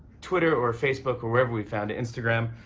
twitter or facebook or wherever we found it instagram.